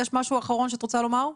יש משהו אחרון שאת רוצה לומר?